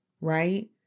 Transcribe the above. right